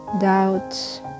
doubts